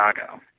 Chicago